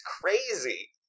crazy